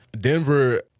Denver